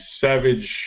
Savage